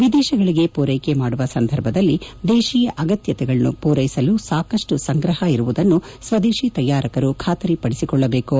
ವಿದೇಶಗಳಿಗೆ ಪೂರೈಕೆ ಮಾಡುವ ಸಂದರ್ಭದಲ್ಲಿ ದೇಶೀಯ ಅಗತ್ಯತೆಗಳನ್ನು ಪೂರೈಸಲು ಸಾಕಷ್ಟು ಸಂಗ್ರಹ ಇರುವುದನ್ನು ಸ್ವದೇಶಿ ತಯಾರಕರು ಬಾತರಿಪಡಿಸಿಕೊಳ್ಳಬೇಕು